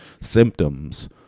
symptoms